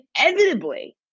inevitably